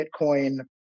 Bitcoin